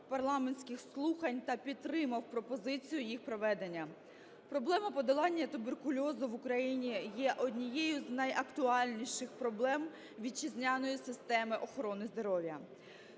парламентських слухань та підтримав пропозицію їх проведення. Проблема подолання туберкульозу в Україні є однією з найактуальніших проблем вітчизняної системи охорони здоров'я.